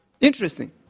Interesting